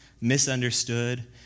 misunderstood